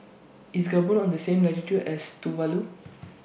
IS Gabon on The same latitude as Tuvalu